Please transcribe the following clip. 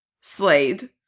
Slade